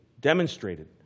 demonstrated